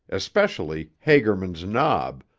especially hagerman's knob,